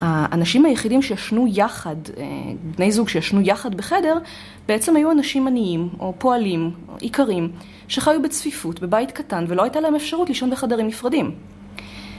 האנשים היחידים שישנו יחד, בני זוג שישנו יחד בחדר, בעצם היו אנשים עניים או פועלים, איכרים שחיו בצפיפות, בבית קטן ולא הייתה להם אפשרות לישון בחדרים נפרדים